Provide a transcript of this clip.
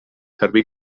serví